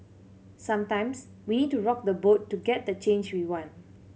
sometimes we need to rock the boat to get the change we want